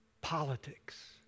politics